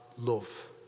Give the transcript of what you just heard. love